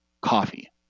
coffee